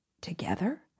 together